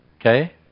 Okay